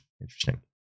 Interesting